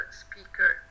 speaker